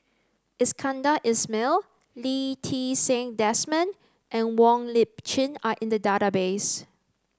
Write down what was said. Iskandar Ismail Lee Ti Seng Desmond and Wong Lip Chin are in the database